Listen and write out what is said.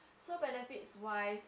so benefits wise